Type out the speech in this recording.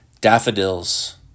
Daffodils